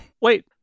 wait